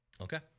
Okay